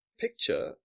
picture